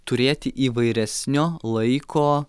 turėti įvairesnio laiko